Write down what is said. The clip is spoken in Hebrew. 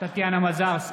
טטיאנה מזרסקי,